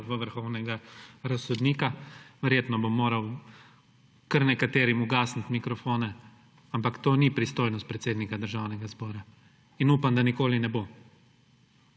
vrhovnega razsodnika. Verjetno bom moral kar nekaterim ugasniti mikrofone, ampak to ni pristojnost predsednika Državnega zbora. In upam, da nikoli ne bo.